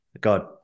god